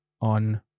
on